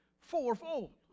fourfold